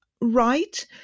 right